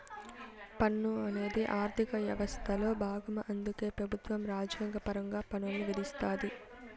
పన్ను అనేది ఆర్థిక యవస్థలో బాగం అందుకే పెబుత్వం రాజ్యాంగపరంగా పన్నుల్ని విధిస్తాది